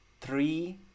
three